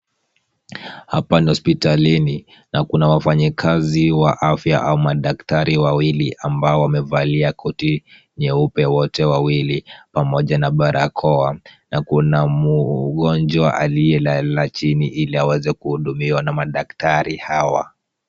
Hapa ni hospitalini na kuna wafanyikazi wa afya au madaktari wawili ambao wamevalia koti nyeupe wote wawili, pamoja na barakoa na kuna mgonjwa aliyelala chini ili aweze kuhudumiwa na madaktari hawa.